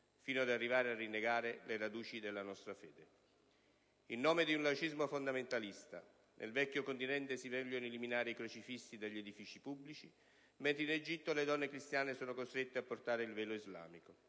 fino ad arrivare a rinnegare le radici della nostra fede. In nome di un laicismo fondamentalista, nel vecchio continente si vogliono eliminare i crocifissi dagli edifici pubblici, mentre in Egitto le donne cristiane sono costrette a portare il velo islamico;